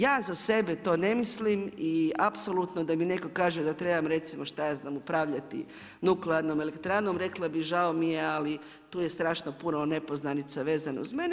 Ja za sebe to ne mislim i apsolutno da mi netko kaže da trebam recimo šta ja znam upravljati nuklearnom elektranom rekla bih žao mi je, ali tu je strašno puno nepoznanica vezano uz mene.